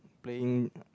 playing